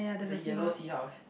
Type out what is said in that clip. there's a yellow seahorse